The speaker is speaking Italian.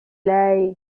lei